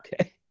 Okay